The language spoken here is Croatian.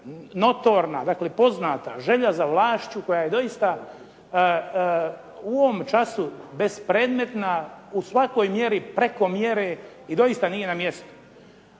notorna dakle poznata želja za vlašću koja je doista u ovom času bespredmetna, u svakoj mjeri, preko mjere i doista nije na mjestu.